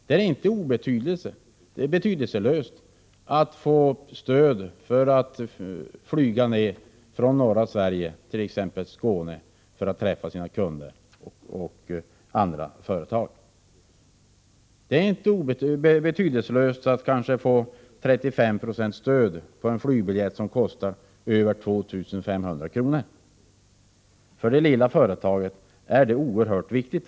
Det är inte betydelselöst att få stöd för att flyga ner från norra Sverige till t.ex. Skåne för att träffa sina kunder och andra företag. Det är inte betydelselöst att kanske få 35 20 stöd på en flygbiljett som kostar över 2 500 kr. För det lilla företaget är detta oerhört viktigt.